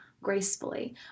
gracefully